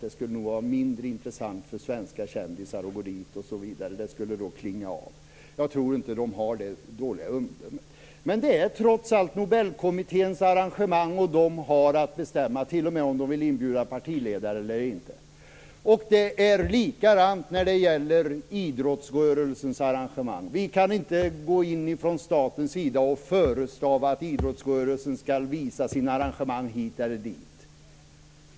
Det skulle nog vara mindre intressant för svenska kändisar att gå dit osv. Intresset skulle klinga av. Jag tror inte att Nobelkommittén har så dåligt omdöme. Men det är trots allt Nobelkommitténs arrangemang, och de har t.o.m. att bestämma om de vill inbjuda partiledare eller inte. Det är likadant när det gäller idrottsrörelsens arrangemang. Vi kan inte gå in från statens sida och förestava att idrottsrörelsen skall visa sina arrangemang här eller där.